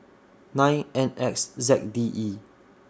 nine N X Z D E